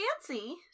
fancy